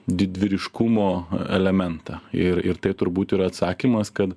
didvyriškumo elementą ir ir tai turbūt yra atsakymas kad